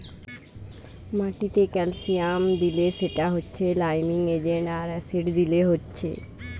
মাটিতে ক্যালসিয়াম দিলে সেটা হচ্ছে লাইমিং এজেন্ট আর অ্যাসিড দিলে হচ্ছে